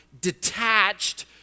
detached